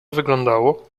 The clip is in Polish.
wyglądało